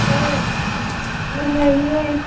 ꯁꯥꯔ ꯅꯨꯡꯉꯥꯏꯔꯤꯌꯦ